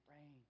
rain